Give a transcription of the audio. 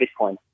Bitcoin